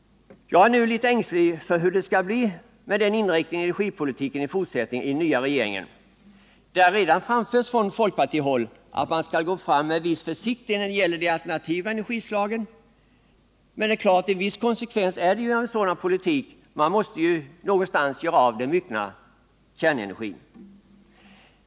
Jag är nu litet ängslig över hur det skall bli i fortsättningen med denna inriktning av energipolitiken i den nya regeringen. Det har redan framförts från folkpartihåll att man skall gå fram med viss försiktighet när det gäller de alternativa energislagen. Men, det är klart, en viss konsekvens är det ju i en sådan politik. Man måste någonstans göra av den myckna kärnenergin.